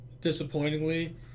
disappointingly